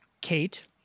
kate